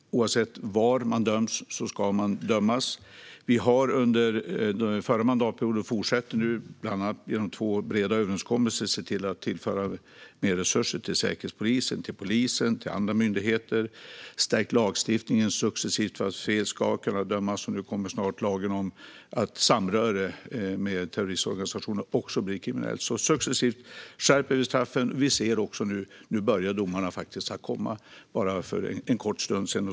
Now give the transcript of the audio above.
Oavsett var man döms ska man dömas. Vi har under förra mandatperioden tillfört och fortsätter nu att tillföra, bland annat genom två breda överenskommelser, mer resurser till Säkerhetspolisen, polisen och andra myndigheter. Vi har successivt stärkt lagstiftningen för att fler ska kunna dömas. Nu kommer snart lagen som gör även samröre med terroristorganisationer kriminellt. Successivt skärper vi straffen. Nu ser vi också att domarna börjar komma. En kom för bara en kort stund sedan.